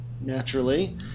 naturally